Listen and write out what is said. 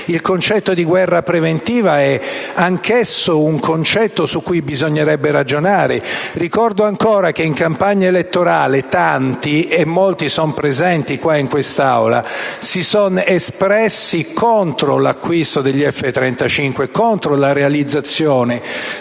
sul concetto di guerra preventiva bisognerebbe ragionare. Ricordo ancora che in campagna elettorale tanti - e molti sono presenti in quest'Aula - si sono espressi contro l'acquisto degli F-35 e contro la realizzazione